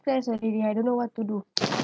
stress already I don't know what to do